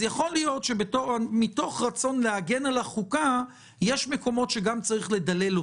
יכול להיות שמתוך רצון להגן על החוקה יש מקומות שגם צריך לדלל אותה.